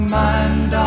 mind